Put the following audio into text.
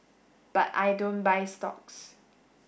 but I don't buy stocks